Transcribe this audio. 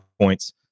points